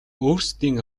өөрсдийн